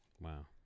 Wow